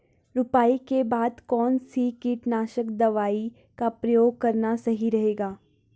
रुपाई के बाद कौन सी कीटनाशक दवाई का प्रयोग करना सही रहेगा?